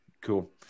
cool